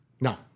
No